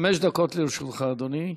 חמש דקות לרשותך, אדוני.